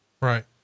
Right